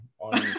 on